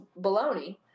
baloney